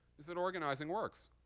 is that organizing works.